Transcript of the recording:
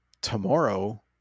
tomorrow